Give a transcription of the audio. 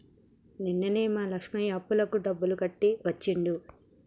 నిన్ననే మా లక్ష్మయ్య అప్పులకు డబ్బులు కట్టి వచ్చిండు